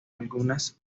algunas